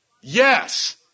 Yes